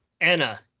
Anna